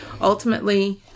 ultimately